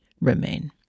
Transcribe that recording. remain